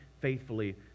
faithfully